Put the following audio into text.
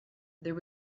there